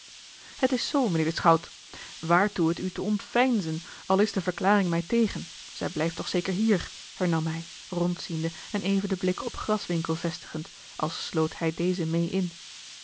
het is zoo mijnheer de schout waartoe het u te ontveinzen al is de verklaring mij tegen zij blijft toch zeker hier hernam hij rondziende en even den blik op graswinckel vestigend als sloot hij dezen meê in